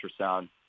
ultrasound